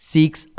Seeks